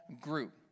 group